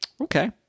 Okay